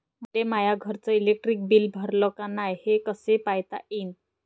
मले माया घरचं इलेक्ट्रिक बिल भरलं का नाय, हे कस पायता येईन?